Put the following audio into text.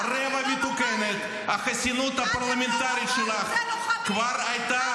סליחה, מי שעמד לידי,